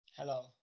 Hello